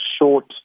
short